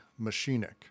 machinic